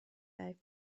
i’ve